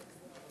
פורר,